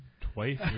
twice